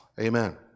Amen